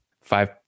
Five